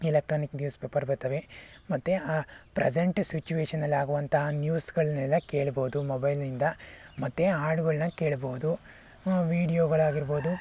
electronic news paper ಬತ್ತವೆ ಮತ್ತು ಆ ಪ್ರಸೆಂಟ್ ಸಿಚುವೇಷನ್ನಲ್ಲಾಗುವಂತಹ ನ್ಯೂಸ್ಗಳನ್ನೆಲ್ಲ ಕೇಳ್ಬೋದು ಮೊಬೈಲ್ನಿಂದ ಮತ್ತು ಹಾಡುಗಳನ್ನ ಕೇಳ್ಬೋದು ವಿಡಿಯೋಗಳಾಗಿರ್ಬೋದು